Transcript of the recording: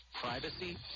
Privacy